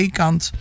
kant